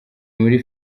muri